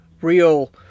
real